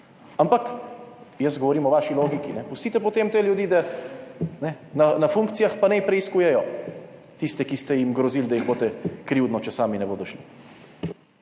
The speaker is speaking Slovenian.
Ampak jaz govorim o vaši logiki, pustite potem te ljudi na funkcijah, pa naj preiskujejo tiste, ki ste jim grozili, da jih boste krivdno, če sami ne bodo šli.